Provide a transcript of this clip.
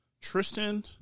Tristan